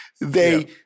They-